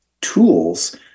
tools